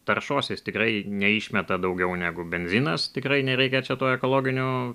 taršos jis tikrai neišmeta daugiau negu benzinas tikrai nereikia čia to ekologinio